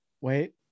Wait